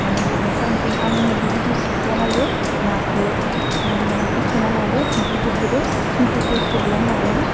मानो होनब्ला आं सम सम आंनो बिबायदि बनायो नाखौ नाखौ सुना लादो संख्रिजों सुदो संख्रिजों सुब्ला नाया